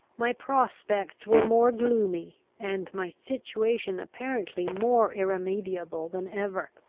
my prospects were more gloomy, and my situation apparently more irremediable, than ever.